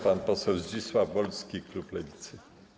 Pan poseł Zdzisław Wolski, klub Lewicy.